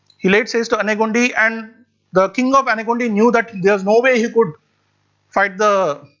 he laid seize to anegundi and the king of anegundi knew that there is no way he could fight the,